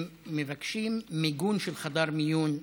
הם מבקשים מיגון של חדר מיון אצלם.